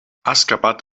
aşgabat